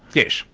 yes.